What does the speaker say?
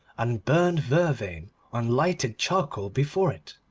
and burned vervain on lighted charcoal before it,